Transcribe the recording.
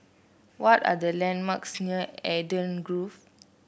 what are the landmarks near Eden Grove